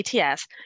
ATS